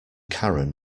karen